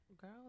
girl